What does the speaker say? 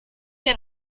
der